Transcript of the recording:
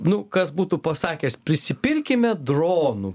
nu kas būtų pasakęs prisipirkime dronų